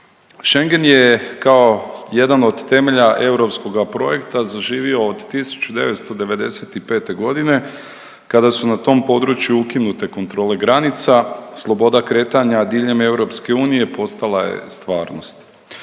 Schengen je kao jedan od temelja europskoga projekta zaživio od 1995. godine kada su na tom području ukinute kontrole granica, sloboda kretanja diljem EU postala je stvarnost.